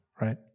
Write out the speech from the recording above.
right